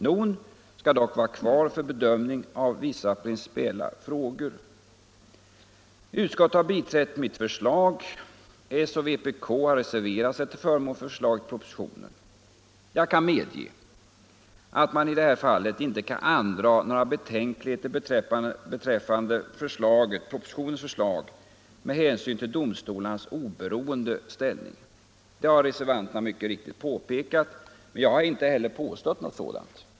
NON skall dock vara kvar för bedömning av vissa principiella frågor. Utskottet har biträtt mitt förslag, socialdemokraternas och vänsterpartiet kommunisternas representanter har reserverat sig till förmån för förslaget i propositionen. Jag kan medge att man i detta fall inte kan andra några betänkligheter beträffande propositionsförslaget med hänsyn till domstolarnas oberoende ställning. Det har reservanterna mycket riktigt påpekat. Jag har inte heller påstått något sådant.